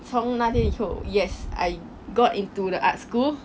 从那天以后 yes I got into the art school